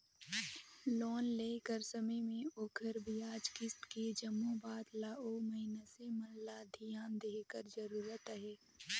loan लेय कर समे में ओखर बियाज, किस्त ए जम्मो बात ल ओ मइनसे मन ल धियान देहे कर जरूरत अहे